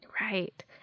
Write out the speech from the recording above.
right